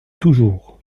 toujours